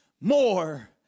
More